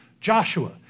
Joshua